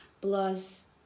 Plus